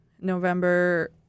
november